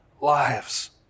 lives